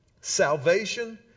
Salvation